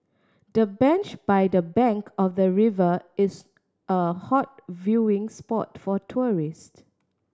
the bench by the bank of the river is a hot viewing spot for tourist